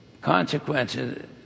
Consequences